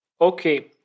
Okay